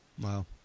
Wow